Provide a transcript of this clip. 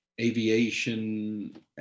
Aviation